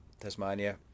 Tasmania